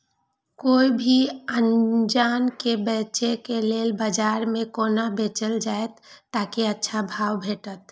कोय भी अनाज के बेचै के लेल बाजार में कोना बेचल जाएत ताकि अच्छा भाव भेटत?